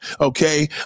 Okay